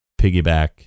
piggyback